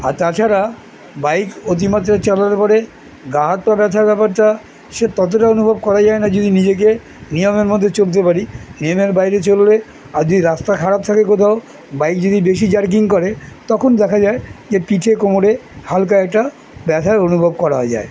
আর তাছাড়া বাইক অতিমাত্রা চলার পরে গা হাত ব্যথা ব্যাপারটা সে ততটা অনুভব করা যায় না যদি নিজেকে নিয়মের মধ্যে চলতে পারি নিয়মের বাইরে চললে আর যদি রাস্তা খারাপ থাকে কোথাও বাইক যদি বেশি জার্কিং করে তখন দেখা যায় যে পিঠে কোমরে হালকা একটা ব্যথার অনুভব করা যায়